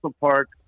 Park